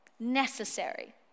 Necessary